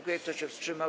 Kto się wstrzymał?